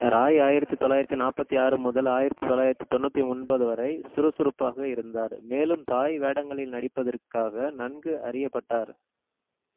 ராய் ஆயிரத்தி தொள்ளாயிரத்தி நாற்பத்தி ஆறு முதல் ஆயிரத்தி தொள்ளாயிரத்தி தொண்ணூற்றி ஒன்பது வரை சுறுசுறுப்பாக இருந்தார் மேலும் தாய் வேடங்களில் நடிப்பதற்காக நன்கு அறியப்பட்டார்